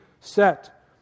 set